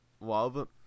love